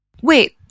Wait